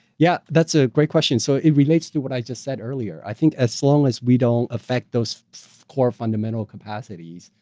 yeah that's a great question. so it relates to what i just said earlier. i think as long as we don't affect those core fundamental capacities,